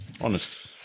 Honest